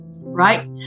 right